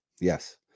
Yes